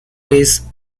race